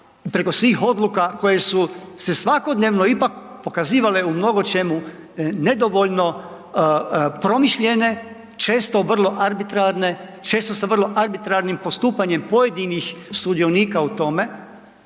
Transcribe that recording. preko svih odluka koje su se svakodnevno ipak pokazivale u mnogo čemu nedovoljno promišljene, često vrlo arbitrarne, često sa vrlo arbitrarnim postupanjem pojedinih sudionika u tome,